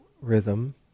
rhythm